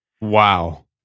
Wow